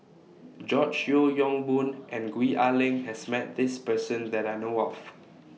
George Yeo Yong Boon and Gwee Ah Leng has Met This Person that I know of